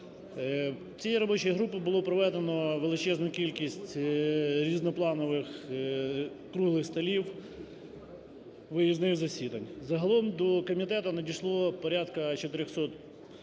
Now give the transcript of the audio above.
Цією робочою групою було проведено величезну кількість різнопланових круглих столів виїзних засідань. Загалом до комітету надійшло порядку 400 пропозицій